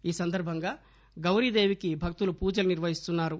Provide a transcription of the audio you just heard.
ఈ సందర్భంగా గౌరీ దేవికి భక్తులు పూజలు నిర్వహిస్తున్నారు